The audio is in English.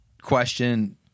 question